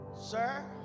Sir